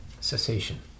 cessation